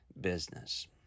business